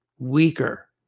weaker